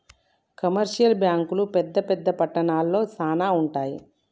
commercial బ్యాంకులు పెద్ద పెద్ద పట్టణాల్లో శానా ఉంటయ్